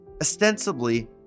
Ostensibly